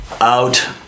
out